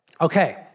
Okay